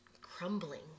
crumbling